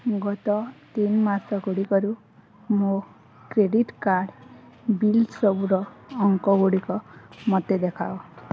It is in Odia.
ଗତ ତିନି ମାସଗୁଡ଼ିକରୁ ମୋ କ୍ରେଡ଼ିଟ୍ କାର୍ଡ଼୍ ବିଲ୍ ସବୁର ଅଙ୍କଗୁଡ଼ିକ ମୋତେ ଦେଖାଅ